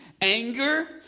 anger